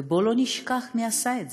ובואו לא נשכח מי עשה את זה: